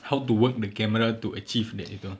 how to work the camera to achieve that itu